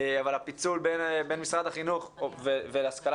אבל הפיצול בין משרד החינוך ולהשכלה